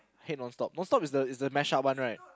hate non stop non stop is the is the mashup one right